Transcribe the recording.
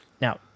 Now